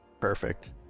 perfect